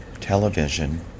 television